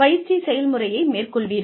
பயிற்சி செயல்முறையை மேற்கொள்வீர்கள்